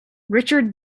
richard